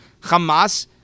Hamas